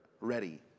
ready